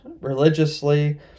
religiously